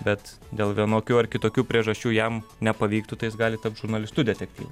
bet dėl vienokių ar kitokių priežasčių jam nepavyktų tai jis gali tapt žurnalistu detektyvu